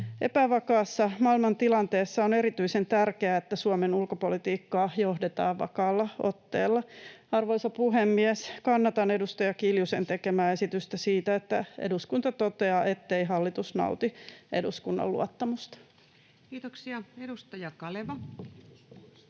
Epävakaassa maailmantilanteessa on erityisen tärkeää, että Suomen ulkopolitiikkaa johdetaan vakaalla otteella. Arvoisa puhemies, kannatan edustaja Kiljusen tekemää esitystä siitä, että eduskunta toteaa, ettei hallitus nauti eduskunnan luottamusta. [Speech 176] Speaker: